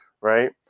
right